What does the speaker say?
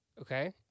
Okay